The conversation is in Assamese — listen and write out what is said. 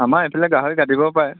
আমাৰ এইফালে গাহৰি কাটিবও পাৰে